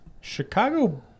Chicago